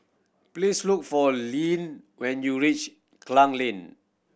please look for Leeann when you reach Klang Lane